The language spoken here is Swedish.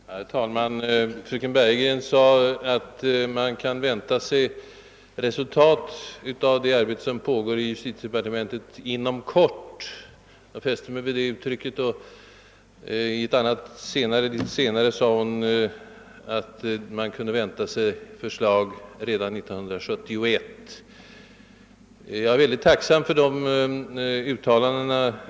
Herr talman! Fröken Bergegren sade alt man kan vänta sig resultat av det arbete, som pågår i justitiedepartementet, »inom kort» — jag fäste mig vid det uttrycket. Litet senare sade hon att man kunde vänta sig ett förslag redan 1971. Jag noterar särskilt dessa uttalanden.